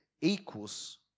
equals